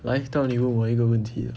来到你问我一个问题了